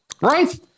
Right